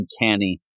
Uncanny